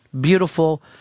beautiful